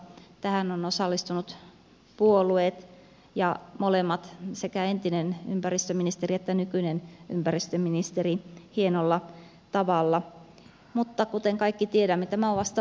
tähän ovat osallistuneet puolueet ja sekä entinen ympäristöministeri että nykyinen ympäristöministeri hienolla tavalla mutta kuten kaikki tiedämme tämä on vasta välietappi